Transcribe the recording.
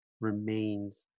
remains